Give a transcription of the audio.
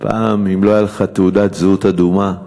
פעם, אם לא הייתה לך תעודת זהות אדומה,